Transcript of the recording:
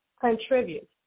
contribute